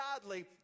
godly